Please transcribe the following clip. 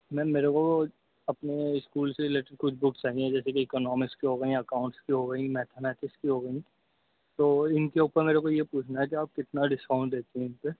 میم میرے کو اپنے اسکول سے ریلیٹڈ کچھ بکس چاہئیں جیسے کہ اکنامکس کی ہو گئیں اکاؤنٹس کی ہو گئیں میتھامیٹکس کی ہو گئیں تو ان کے اوپر میرے کو یہ پوچھنا ہے کہ آپ کتنا ڈسکاؤنٹ دیتی ہیں اس پہ